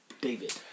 David